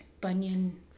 bunion